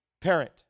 parent